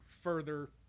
further